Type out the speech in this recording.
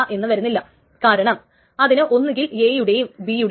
അങ്ങനെ വരുമ്പോൾ T എഴുതിയതിൻറെ മുകളിലായി T 2 എഴുതും